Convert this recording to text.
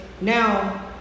now